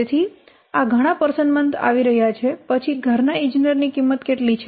તેથી આ ઘણા વ્યક્તિ મહિના આવી રહ્યા છે પછી ઘરના ઇજનેરની કિંમત કેટલી છે